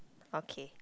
okay